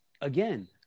Again